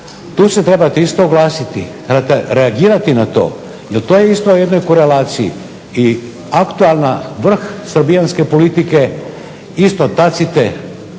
tu se trebate isto oglasiti, morate reagirati na to. Jer to je isto u jednoj korelaciji. I aktualni vrh srbijanske politike isto tacite